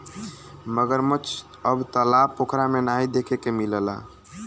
मगरमच्छ अब तालाब पोखरा में नाहीं देखे के मिलला